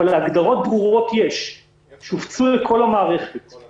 אבל יש הגדרות ברורות שהופצו לכל המערכת